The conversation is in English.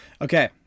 okay